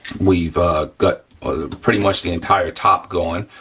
we've got pretty much the entire top going,